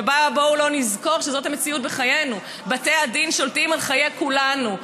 ובואו נזכור שזאת המציאות של חיינו: בתי הדין שולטים בחיי כולנו,